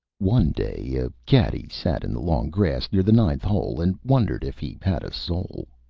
one day a caddy sat in the long grass near the ninth hole and wondered if he had a soul.